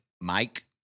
Mike